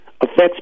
affects